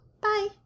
bye